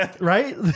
right